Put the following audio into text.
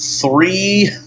Three